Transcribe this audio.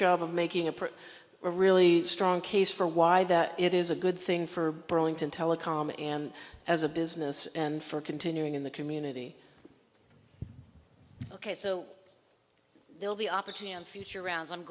job of making a pretty really strong case for why that it is a good thing for burlington telecom and as a business and for continuing in the community ok so they'll be opportunity and future rounds i'm